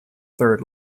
third